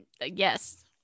Yes